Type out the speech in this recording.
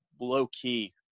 low-key